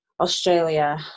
Australia